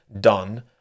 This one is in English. done